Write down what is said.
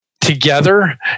together